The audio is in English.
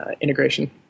integration